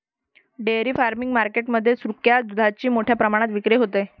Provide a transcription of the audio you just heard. dairy farming market मध्ये सुक्या दुधाची मोठ्या प्रमाणात विक्री होते